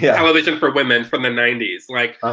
yeah television for women from the ninety s. like